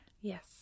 Yes